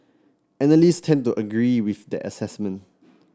analysts tend to agree with that assessment